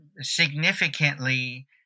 significantly